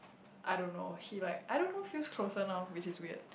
I don't know he like I don't know feels closer now which is weird